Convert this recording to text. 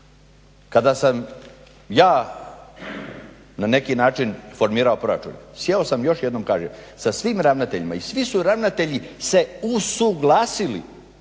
Kada sam ja na neki način formirao proračun sjeo sam još jednom kažem sa svim ravnateljima i svi su ravnatelji se usuglasili